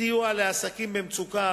סיוע לעסקים במצוקה,